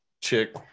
chick